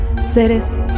Seres